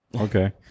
Okay